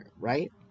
right